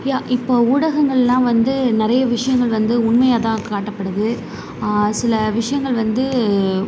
யா இப்போது ஊடகங்களெலாம் வந்து நிறைய விஷயங்கள் வந்து உண்மையாகதான் காட்டப்படுது சில விஷயங்கள் வந்து